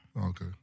Okay